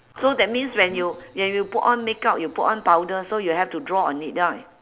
so that means when you when you put on makeup you put on powder so you have to draw on it ah